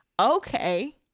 Okay